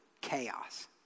chaos